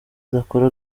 adakora